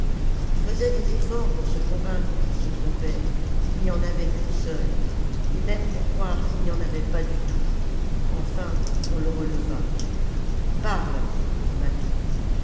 il faisait des efforts pour se convaincre qu'il se trompait qu'il n'y en avait qu'une seule et même pour croire qu'il n'y en avait pas du tout enfin on le releva parle dit